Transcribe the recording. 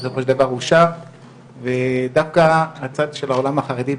בסופו של דבר אושר ודווקא הצד של העולם החרדי,